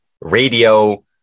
radio